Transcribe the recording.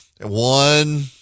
one